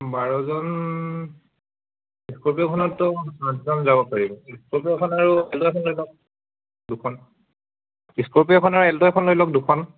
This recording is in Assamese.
বাৰজন স্কৰপিঅ'খনতো পাঁচজন যাব পাৰিব স্কৰপিঅ'খন আৰু এল্ট' এখন লৈ লওক দুখন স্কৰপিঅ'খন আৰু এল্ট' এখন লৈ লওক দুখন